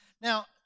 Now